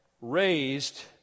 raised